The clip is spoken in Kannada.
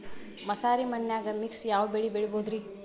ಮಸಾರಿ ಮಣ್ಣನ್ಯಾಗ ಮಿಕ್ಸ್ ಯಾವ ಬೆಳಿ ಬೆಳಿಬೊದ್ರೇ?